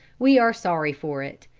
we are sorry for it.